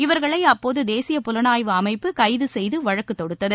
இவர்களை அப்போது தேசிய புலனாய்வு அமைப்பு கைது செய்து வழக்கு தொடுத்தது